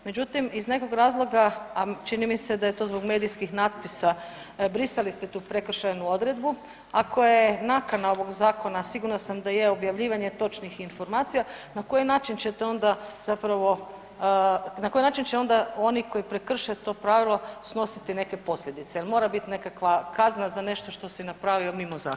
Međutim, iz nekog razloga, a čini mi se da je to zbog medijskih natpisa, brisali ste tu prekršajnu odredbu, a koja je nakana ovog zakona sigurna sam da je objavljivanje točnih informacija, na koji način ćete onda zapravo, na koji način će onda oni koji prekrše to pravilo snositi neke posljedice jel mora bit nekakva kazna za nešto što si napravio mimo zakona?